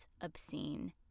obscene